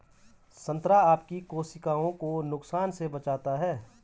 संतरा आपकी कोशिकाओं को नुकसान से बचाता है